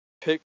pick